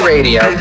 Radio